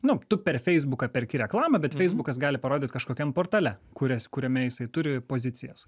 nu tu per feisbuką perki reklamą bet feisbukas gali parodyt kažkokiam portale kurias kuriame jisai turi pozicijas